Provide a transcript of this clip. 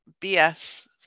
BS